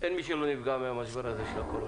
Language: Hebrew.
אין מי שלא נפגע ממשבר הקורונה,